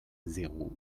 zéro